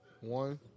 one